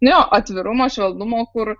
jo atvirumo švelnumo kur